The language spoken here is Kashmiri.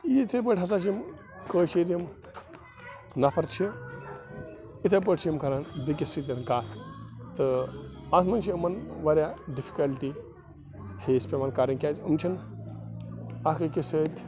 یِتھَے پٲٹھۍ ہَسا چھِ یِم کٲشِر یِم نَفر چھِ یِتھَے پٲٹھۍ چھِ یِم کَران بیٚکِس سۭتۍ کَتھ تہٕ اَتھ منٛز چھِ یِمَن واریاہ ڈِفکَلٹی فیس پٮ۪وان کَرٕنۍ کیٛازِ یِم چھِنہٕ اَکھ أکِس سۭتۍ